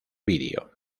vídeo